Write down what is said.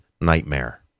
nightmare